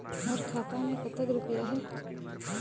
मोर खाता मैं कतक रुपया हे?